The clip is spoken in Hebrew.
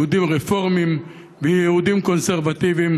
יהודים רפורמים ויהודים קונסרבטיבים,